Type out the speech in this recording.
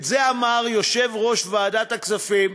את זה אמר יושב-ראש ועדת הכספים,